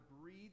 breathe